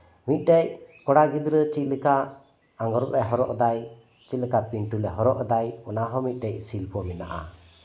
ᱢᱤᱫᱴᱮᱡ ᱠᱚᱲᱟ ᱜᱤᱫᱽᱨᱟᱹ ᱪᱮᱫ ᱞᱮᱠᱟ ᱟᱸᱜᱨᱚᱵᱽ ᱮ ᱦᱚᱨᱚᱜ ᱫᱟᱭ ᱪᱮᱫ ᱞᱮᱠᱟ ᱯᱮᱱᱴᱩᱞ ᱮ ᱦᱚᱨᱚᱜ ᱫᱟᱭ ᱚᱱᱟᱦᱚᱸ ᱢᱤᱫᱴᱮᱡ ᱥᱤᱞᱯᱚ ᱠᱟᱱᱟ